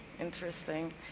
interesting